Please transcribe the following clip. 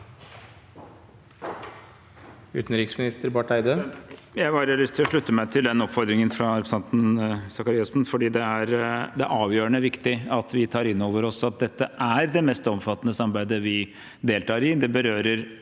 Utenriksminister Espen Barth Eide Jeg har bare lyst til å slutte meg til den oppfordringen fra representanten Sakariassen, for det er avgjørende viktig at vi tar inn over oss at dette er det mest omfattende samarbeidet vi deltar i.